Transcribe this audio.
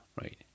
right